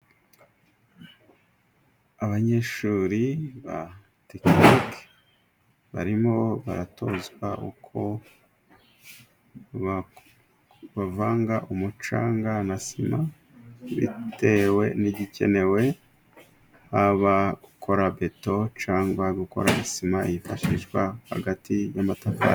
Abanyeshuri ba tekiniki barimo baratozwa uko bavanga umucanga na sima. Bitewe n'ibikenewe abakora beto cyangwa gukora sima yifashishwa hagati y'amatafari.